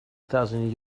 thousand